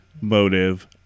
motive